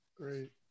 Great